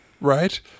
Right